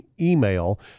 email